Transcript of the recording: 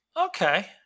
Okay